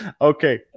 Okay